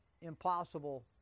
Impossible